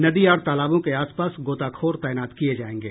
नदी और तालाबों के आसपास गोताखोर तैनात किये जायेंगे